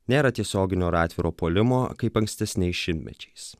nėra tiesioginio ar atviro puolimo kaip ankstesniais šimtmečiais